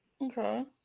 Okay